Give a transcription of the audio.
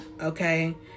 okay